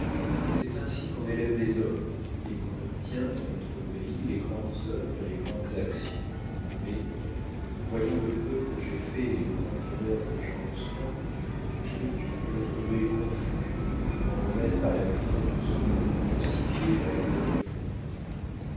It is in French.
c'est ainsi qu'on élève les hommes et qu'on obtient dans notre pays les grandes œuvres et les grandes actions mais voyant le peu que j'ai fait et le grand honneur que j'en reçois je ne puis que me trouver confus et m'en remettre à l'avenir du soin de justifier l'accueil d'aujourd'hui